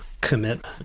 commitment